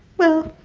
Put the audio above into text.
well,